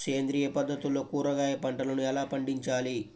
సేంద్రియ పద్ధతుల్లో కూరగాయ పంటలను ఎలా పండించాలి?